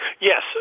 Yes